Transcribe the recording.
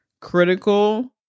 critical